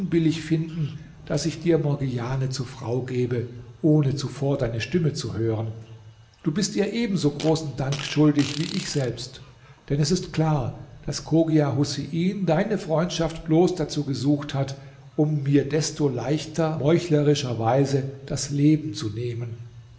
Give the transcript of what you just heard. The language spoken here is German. finden daß ich dir morgiane zur frau gebe ohne zuvor deine stimme zu hören du bist ihr ebenso großen dank schuldig wie ich selbst denn es ist klar daß chogia husein deine freundschaft bloß dazu gesucht hat um mir desto leichter meuchlerischerweise das leben zu nehmen